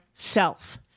Self